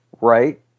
Right